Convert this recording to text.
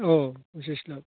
औ फसिस लाख